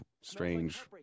strange